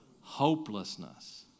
Hopelessness